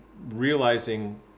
realizing